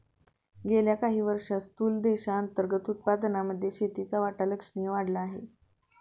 गेल्या काही वर्षांत स्थूल देशांतर्गत उत्पादनामध्ये शेतीचा वाटा लक्षणीय वाढला आहे